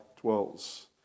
dwells